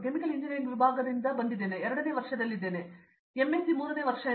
chemical engineering ವಿಭಾಗದಿಂದ ನಾನು ನನ್ನ ಎರಡನೆಯ ವರ್ಷದಲ್ಲಿದ್ದೇನೆ ನಾನು ಎಮ್ಎಸ್ಡಿ ಮೂರನೇ ವರ್ಷ ಎಂದರ್ಥ